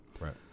Right